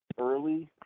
early